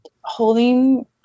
holding